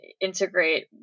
integrate